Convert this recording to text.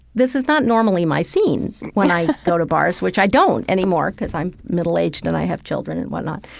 this is not normally my scene when i go to bars, which i don't anymore because i'm middle-aged and i have children and whatnot.